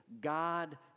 God